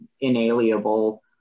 inalienable